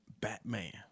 Batman